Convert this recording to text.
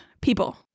people